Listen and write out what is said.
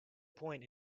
point